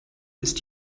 ist